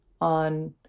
on